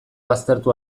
baztertu